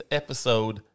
episode